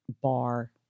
bar